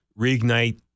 Reignite